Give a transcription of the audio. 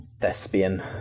thespian